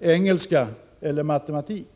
engelska eller matematik.